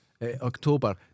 October